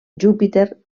júpiter